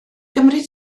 gymri